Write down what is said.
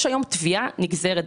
יש היום תביעה נגזרת,